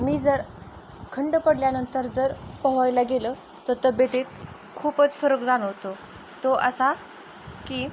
मी जर खंड पडल्यानंतर जर पोहायला गेलं तर तब्येतीत खूपच फरक जाणवतो तो असा की